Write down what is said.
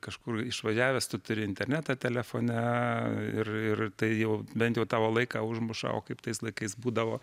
kažkur išvažiavęs tu turi internetą telefone ir ir tai jau bent jau tavo laiką užmuša o kaip tais laikais būdavo